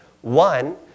One